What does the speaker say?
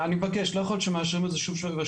אני מבקש, לא יכול להיות שמאשרים את זה שוב ושוב.